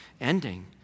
ending